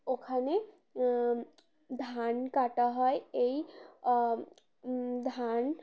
ওখানে ধান কাটা হয় এই ধান